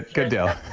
good deal.